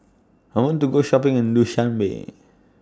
I want to Go Shopping in Dushanbe